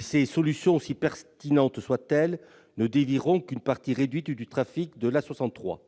ces solutions, si pertinentes soient-elles, ne dévieront qu'une part réduite du trafic de l'A63.